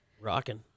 Rocking